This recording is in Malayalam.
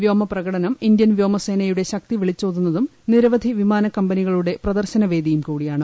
വ്യോമ പ്രകടനം ഇ്ൻഡ്യൻ വ്യോമസേനയുടെ ശക്തി വിളിച്ചോതുന്നതും നിരവധി വിമാന് കമ്പനികളുടെ പ്രദർശന വേദിയും കൂടിയാണ്